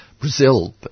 Brazil